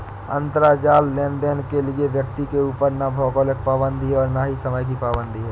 अंतराजाल लेनदेन के लिए व्यक्ति के ऊपर ना भौगोलिक पाबंदी है और ना ही समय की पाबंदी है